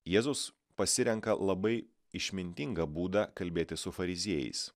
jėzus pasirenka labai išmintingą būdą kalbėti su fariziejais